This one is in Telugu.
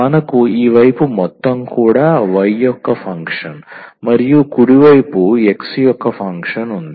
మనకు ఈ వైపు మొత్తం కూడా y యొక్క ఫంక్షన్ మరియు కుడి వైపు x యొక్క ఫంక్షన్ ఉంది